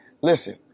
listen